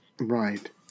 Right